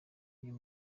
uyu